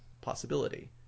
possibility